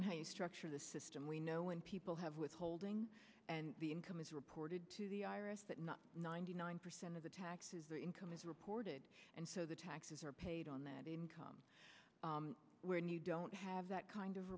on how you structure the system we know when people have withholding and the income is reported to the iris but not ninety nine percent of the taxes their income is reported and so the taxes are paid on that income when you don't have that kind of